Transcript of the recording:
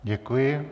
Děkuji.